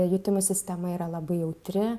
jutimų sistema yra labai jautri